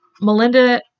Melinda